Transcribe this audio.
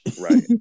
right